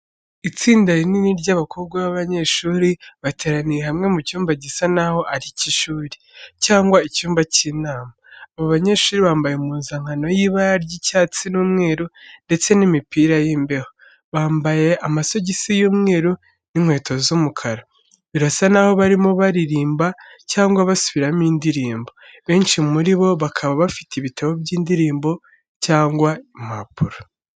Itsinda rinini ry'abakobwa b'abanyeshuri bateraniye hamwe mu cyumba gisa naho ari icy'ishuri, cyangwa icyumba cy'inama. Abo banyeshuri bambaye impuzankano y'ibara ry'icyatsi n'umweru ndeste n'imipira y'imbeho, bambaye amasogisi y'umweru n'inkweto z'umukara. Birasa naho barimo baririmba cyangwa basubiramo indirimbo, benshi muri bo bakaba bafite ibitabo by'indirimbo cyangwa impapuro.